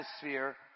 atmosphere